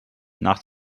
nach